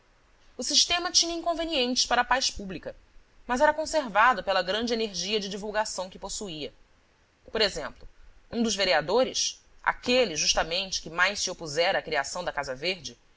o sistema tinha inconvenientes para a paz pública mas era conservado pela grande energia de divulgação que possuía por exemplo um dos vereadores aquele justamente que mais se opusera à criação da casa verde